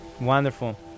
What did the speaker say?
wonderful